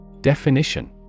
Definition